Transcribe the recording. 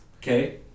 Okay